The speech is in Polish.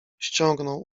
ściągnął